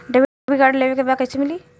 Debit card लेवे के बा कईसे मिली?